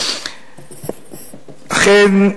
אכן,